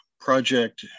project